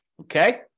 Okay